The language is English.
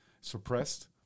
suppressed